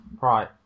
right